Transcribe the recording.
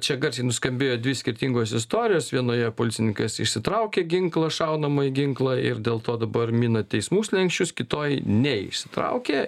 čia garsiai nuskambėjo dvi skirtingos istorijos vienoje policininkas išsitraukė ginklą šaunamąjį ginklą ir dėl to dabar mina teismų slenksčius kitoj neišsitraukė